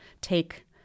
take